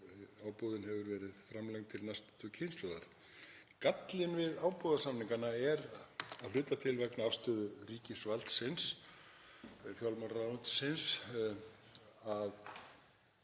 sem ábúðin hefur verið framlengd til næstu kynslóðar. Gallinn við ábúðarsamningana er að hluta til vegna þeirrar afstöðu ríkisvaldsins, fjármálaráðuneytisins, að